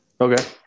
Okay